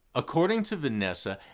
according to vanessa,